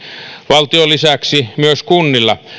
valtion lisäksi myös kunnilla